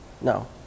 No